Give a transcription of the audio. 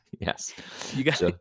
yes